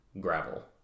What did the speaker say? gravel